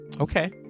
Okay